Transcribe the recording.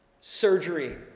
Surgery